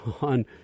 on